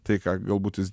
tai ką galbūt jis